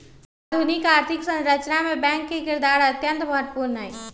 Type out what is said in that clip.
आधुनिक आर्थिक संरचना मे बैंक के किरदार अत्यंत महत्वपूर्ण हई